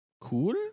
Cool